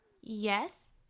Yes